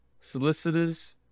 Solicitors